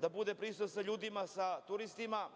da bude prisutan sa ljudima, sa turistima,